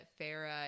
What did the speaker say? Farah